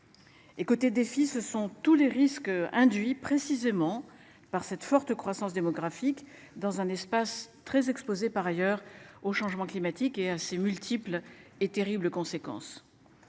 Côté défi ce sont tous les risques induits précisément par cette forte croissance démographique dans un espace très exposé par ailleurs au changement climatique et à ses multiples et terribles conséquences.